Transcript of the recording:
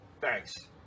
Thanks